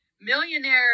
millionaire